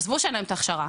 עזבו שאין להם את ההכשרה,